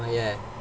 oh ya